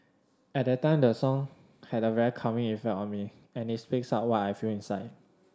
at that time the song had a very calming effect on me and it speaks out what I feel inside